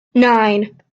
nine